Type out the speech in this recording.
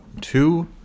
Two